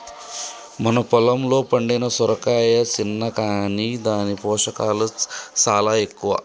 మన పొలంలో పండిన సొరకాయ సిన్న కాని దాని పోషకాలు సాలా ఎక్కువ